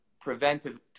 preventive